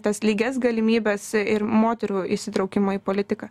tas lygias galimybes ir moterų įsitraukimą į politiką